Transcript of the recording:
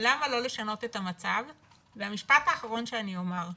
למה לא לשנות את המצב, והמשפט האחרון שאני אומר,